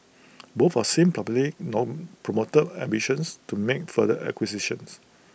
both have since known promoted ambitions to make further acquisitions